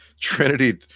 Trinity